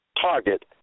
target